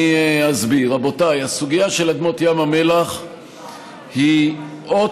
רבותיי, הסוגיה של אדמות ים המלח היא אות